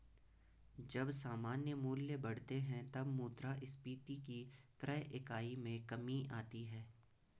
जब सामान्य मूल्य बढ़ते हैं, तब मुद्रास्फीति की क्रय इकाई में कमी आती है